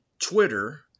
Twitter